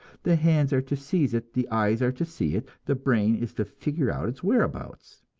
the hands are to seize it, the eyes are to see it, the brain is to figure out its whereabouts.